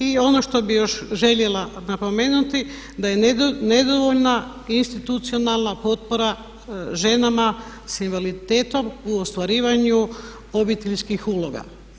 I ono što bih još željela napomenuti da je nedovoljna institucionalna potpora ženama s invaliditetom u ostvarivanju obiteljskih uloga.